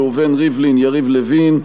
ראובן ריבלין ויריב לוין.